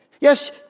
yes